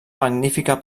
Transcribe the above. magnífica